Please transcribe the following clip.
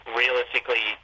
realistically